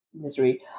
misery